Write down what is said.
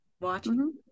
watching